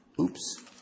Oops